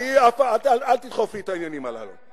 אל תדחוף לי את העניינים הללו.